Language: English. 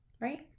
right